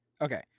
Okay